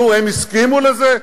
נו, הם הסכימו לזה?